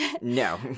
No